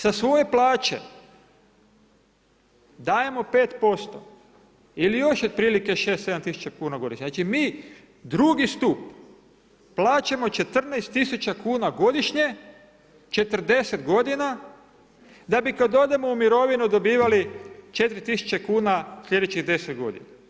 Sa svoje plaće dajemo 5% ili još otprilike 6, 7 tisuća kuna godišnje, znači mi drugi stup plaćamo 14 000 kuna godišnje, 40 godina, da bi kad odemo u mirovinu dobivali 4000 kuna sljedećih 10 godina.